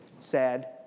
sad